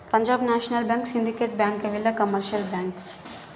Punjab national bank syndicate bank ಇವೆಲ್ಲ commercial bank